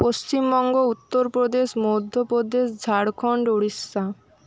Paschimbanga Uttar Pradesh Madhya Pradesh Jharkhand Orissa